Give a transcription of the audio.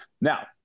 Now